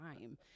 time